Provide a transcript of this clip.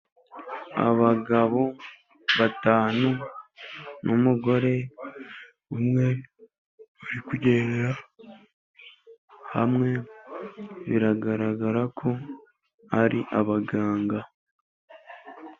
Abagabo batanu n'umugore umwe, bari kugendera hamwe biragaragara ko ari abaganga.